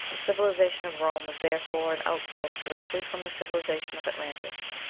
the civilization of rome was therefore an outgrowth directly from the civilization of atlantis.